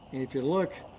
and if you look,